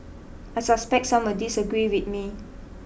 I suspect some will disagree with me